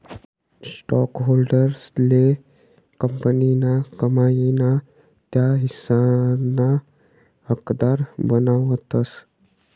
स्टॉकहोल्डर्सले कंपनीना कमाई ना त्या हिस्साना हकदार बनावतस